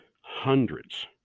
hundreds